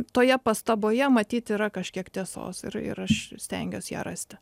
toje pastaboje matyt yra kažkiek tiesos ir ir aš stengiuos ją rasti